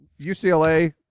UCLA